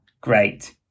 great